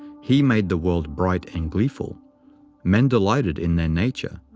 he made the world bright and gleeful men delighted in their nature,